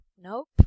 Nope